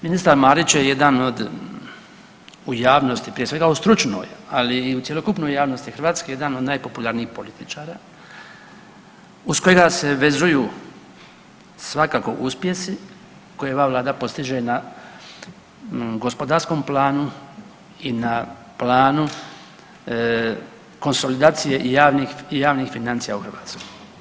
Ministar Marić je jedan od u javnosti prije svega u stručnoj, ali i u cjelokupnoj javnosti Hrvatske jedan od najpopularnijih političara uz kojega se vezuju svakako uspjesi koje ova Vlada postiže na gospodarskom planu i na planu konsolidacije javnih financija u Hrvatskoj.